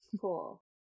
Cool